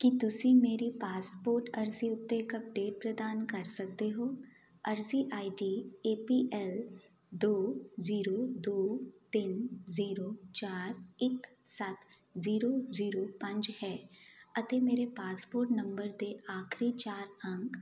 ਕੀ ਤੁਸੀਂ ਮੇਰੀ ਪਾਸਪੋਰਟ ਅਰਜ਼ੀ ਉੱਤੇ ਇੱਕ ਅੱਪਡੇਟ ਪ੍ਰਦਾਨ ਕਰ ਸਕਦੇ ਹੋ ਅਰਜ਼ੀ ਆਈਡੀ ਏ ਪੀ ਐਲ ਦੋ ਜੀਰੋ ਦੋ ਤਿੰਨ ਜੀਰੋ ਚਾਰ ਇੱਕ ਸੱਤ ਜੀਰੋ ਜੀਰੋ ਪੰਜ ਹੈ ਅਤੇ ਮੇਰੇ ਪਾਸਪੋਰਟ ਨੰਬਰ ਦੇ ਆਖਰੀ ਚਾਰ ਅੰਕ